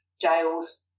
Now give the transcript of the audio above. jails